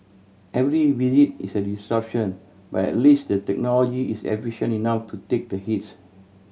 every visit is a disruption but at least the technology is efficient enough to take the hit